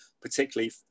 particularly